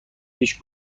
پیش